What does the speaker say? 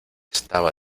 estaba